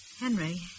Henry